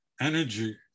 energy